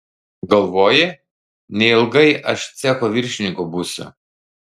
galvoji neilgai aš cecho viršininku būsiu